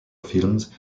films